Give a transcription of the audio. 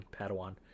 Padawan